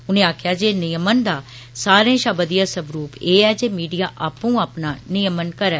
उनें आक्खेआ जे नियमन दा सारें षा बदिया स्वरुप एह् ऐ जे मीडिया आपूं अपना नियमन करै